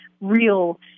real